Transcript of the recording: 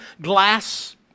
glass